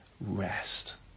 rest